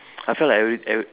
I felt like every every